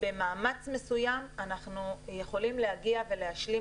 במאמץ מסוים אנחנו יכולים להגיע ולהשלים